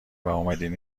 واومدین